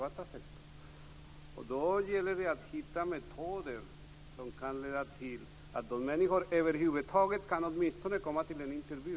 Därför gäller det att hitta metoder som kan leda till att de människorna åtminstone kan komma till en intervju.